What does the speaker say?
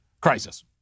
crisis